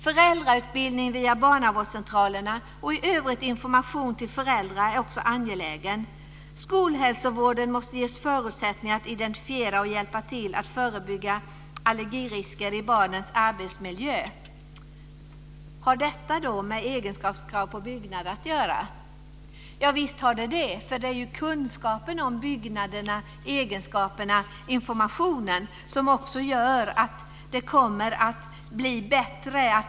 Föräldrautbildning via barnavårdscentralerna och i övrigt information till föräldrar är också angeläget. Skolhälsovården måste ges förutsättningar att identifiera och hjälpa till att förebygga allergirisker i barnens arbetsmiljö. Har detta med egenskapskrav på byggnader att göra? Javisst, det har det. Det är ju kunskapen och informationen om byggnaderna och deras egenskaper som gör att det kommer att bli bättre.